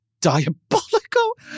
diabolical